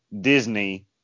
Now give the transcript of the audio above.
Disney